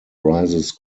rises